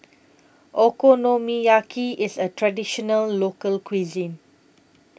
Okonomiyaki IS A Traditional Local Cuisine